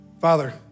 Father